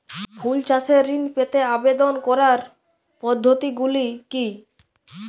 ফুল চাষে ঋণ পেতে আবেদন করার পদ্ধতিগুলি কী?